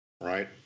right